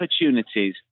opportunities